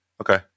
Okay